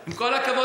עם כל הכבוד,